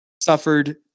suffered